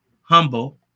humble